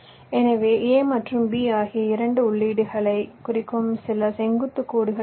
எனவே A மற்றும் B ஆகிய இரண்டு உள்ளீடுகளை குறிக்கும் சில செங்குத்து கோடுகள் இருக்கும்